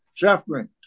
Suffering